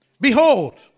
Behold